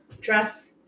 dress